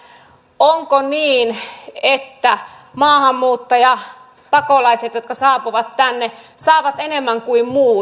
he ovat kysyneet onko niin että maahanmuuttajapakolaiset jotka saapuvat tänne saavat enemmän kuin muut